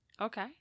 Okay